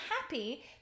happy